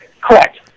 Correct